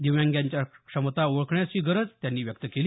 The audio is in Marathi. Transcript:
दिव्यांगांच्या क्षमता ओळखण्याची गरज त्यांनी व्यक्त केली